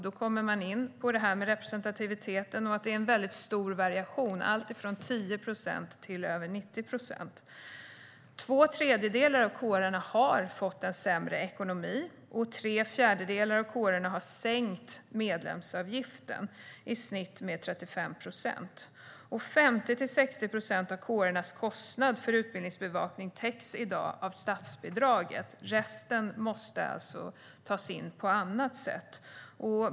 Då kommer man in på representativiteten och att det är en mycket stor variation, alltifrån 10 procent till över 90 procent. Två tredjedelar av kårerna har fått en sämre ekonomi, och tre fjärdedelar av kårerna har sänkt medlemsavgiften med i snitt 35 procent. 50-60 procent av kårernas kostnad för utbildningsbevakning täcks i dag av statsbidraget. Resten måste alltså tas in på annat sätt.